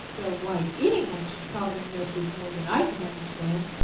though why any one should call them this is more than i can understand,